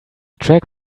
track